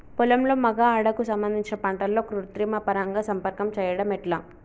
పొలంలో మగ ఆడ కు సంబంధించిన పంటలలో కృత్రిమ పరంగా సంపర్కం చెయ్యడం ఎట్ల?